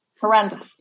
horrendous